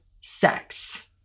sex